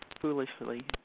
foolishly